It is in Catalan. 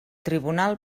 tribunal